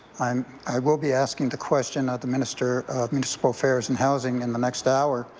um i will be asking the question of the minister of municipal affairs and housing in the next hour,